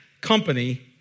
company